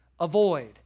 Avoid